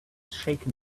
shaken